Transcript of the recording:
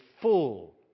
full